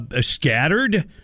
scattered